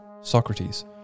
Socrates